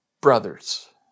brothers